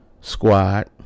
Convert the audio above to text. squad